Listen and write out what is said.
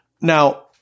Now